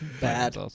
Bad